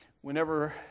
whenever